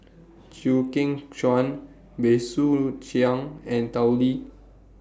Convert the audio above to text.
Chew Kheng Chuan Bey Soo Khiang and Tao Li